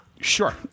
Sure